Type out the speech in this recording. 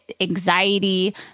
anxiety